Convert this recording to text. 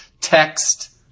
text